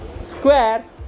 square